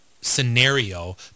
scenario